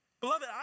Beloved